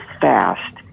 fast